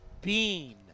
bean